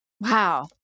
wow